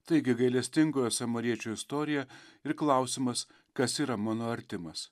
taigi gailestingojo samariečio istorija ir klausimas kas yra mano artimas